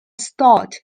stored